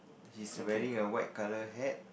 he's wearing a white colour hat